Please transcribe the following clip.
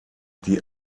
die